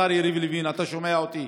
השר יריב לוין, אתה שומע אותי?